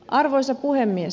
arvoisa puhemies